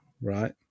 right